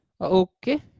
okay